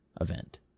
event